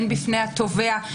הן בפני התובע.